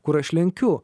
kur aš lenkiu